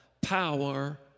power